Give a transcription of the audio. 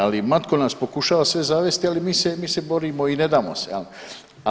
Ali Matko nas pokušava sve zavesti, ali mi se borimo i ne damo se jel.